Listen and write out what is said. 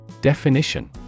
Definition